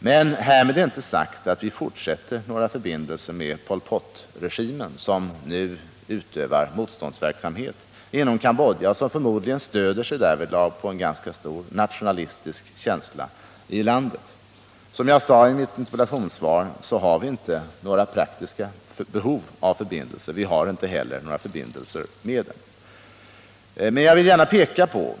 Härmed är emellertid inte sagt att vi fortsätter några förbindelser med Pol Pot-regimen, som nu utövar motståndsverksamhet inom Cambodja och som förmodligen därvidlag stöder sig på en ganska stark nationalistisk känsla i landet. Som jag sade i mitt interpellationssvar har vi inte några praktiska behov av förbindelser med den, och vi har alltså inte heller några förbindelser.